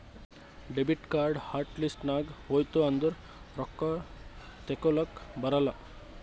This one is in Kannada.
ಡೆಬಿಟ್ ಕಾರ್ಡ್ ಹಾಟ್ ಲಿಸ್ಟ್ ನಾಗ್ ಹೋಯ್ತು ಅಂದುರ್ ರೊಕ್ಕಾ ತೇಕೊಲಕ್ ಬರಲ್ಲ